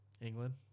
England